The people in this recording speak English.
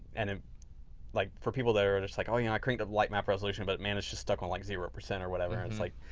and um like for people that are just like, oh you know i created a lightmap resolution, but man, it's just stuck on like zero percent or whatever. like